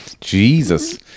Jesus